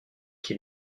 qui